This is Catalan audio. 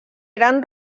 eren